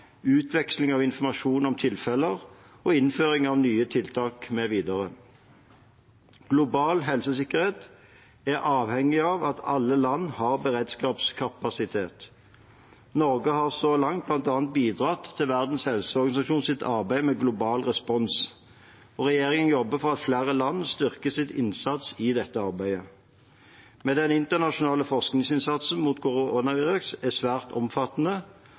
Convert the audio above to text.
utveksling av informasjon om tilfeller, innføring av nye tiltak, mv. Global helsesikkerhet er avhengig av at alle land har beredskapskapasitet. Norge har så langt bl.a. bidratt til Verdens helseorganisasjons arbeid med global respons. Regjeringen jobber for at flere land styrker sin innsats i dette arbeidet. Men den internasjonale forskningsinnsatsen mot koronaviruset er svært omfattende.